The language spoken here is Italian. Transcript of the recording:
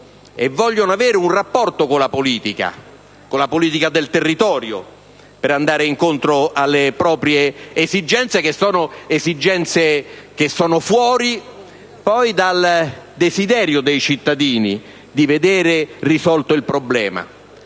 vogliono avere un rapporto con la politica, con la politica del territorio, per andare incontro alle proprie esigenze; esigenze che poi sono fuori dal desiderio dei cittadini di vedere risolto il problema.